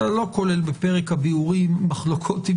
אתה לא כולל בפרק הביאורים מחלוקות עם